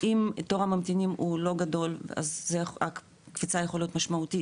אם תור הממתינים הוא לא גדול אז הקפיצה יכולה להיות משמעותית,